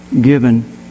given